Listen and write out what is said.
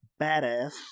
Badass